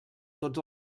tots